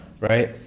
right